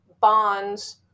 bonds